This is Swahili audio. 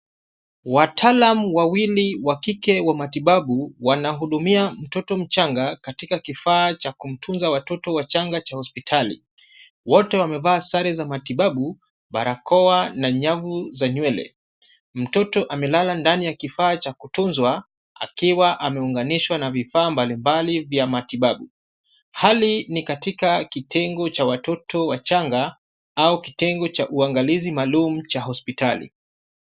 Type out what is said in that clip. Wataalamu wawili wa kike wa matibabu wanahudumia mtoto mchanga katika kifaa cha kutunza watoto wachanga cha hospitali. Wote wamevaa sare za matibabu, barakoa na nyavu za nywele. Mtoto amelala ndani ya kifaa cha kutunzwa akiwa ameunganishwa na vifaa mbalimbali vya matibabu. Hali ni katika kitengo cha watoto wachanga au kitengo cha uangalizi maalum cha hospitali.